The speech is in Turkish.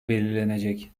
belirlenecek